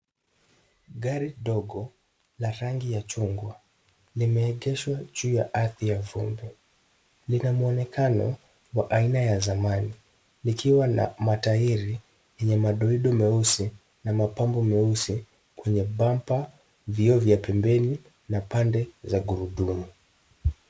Gari dogo la rangi ya chungwa limeegeshwa juu ya ardhi ya vumbi. Lina mwonekano wa aina ya zamani likiwa na matairi yenye madoido meusi na mapambo meusi kwenye cs[bumper]cs, vioo vya pembeni na pande za gurudumu.